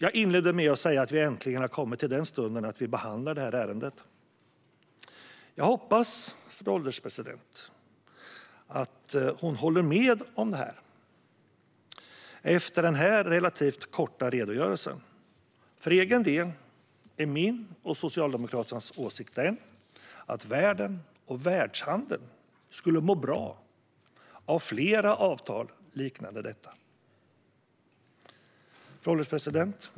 Jag inledde med att säga att vi äntligen har kommit till den stund då vi behandlar detta ärende. Jag hoppas att fru ålderspresidenten håller med om detta efter denna relativt korta redogörelse. Min och Socialdemokraternas åsikt är att världen och världshandeln skulle må bra av fler avtal liknande detta. Fru ålderspresident!